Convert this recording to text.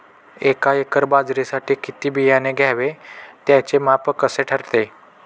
एका एकर बाजरीसाठी किती बियाणे घ्यावे? त्याचे माप कसे ठरते?